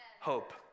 hope